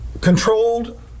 controlled